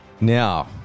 Now